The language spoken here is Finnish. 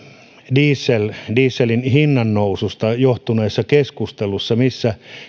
dieselin dieselin hinnannoususta johtuneessa keskustelussa missä